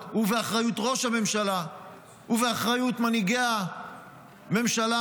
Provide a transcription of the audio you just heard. ובאחריות ראש הממשלה ובאחריות מנהיגי הממשלה,